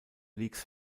leagues